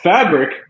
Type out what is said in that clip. Fabric